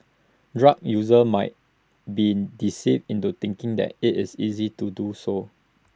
drug users might be deceived into thinking that IT is easy to do so